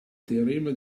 teorema